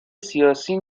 سیاسی